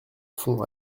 fond